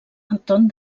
anton